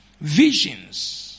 visions